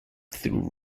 through